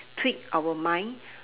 tweak our mind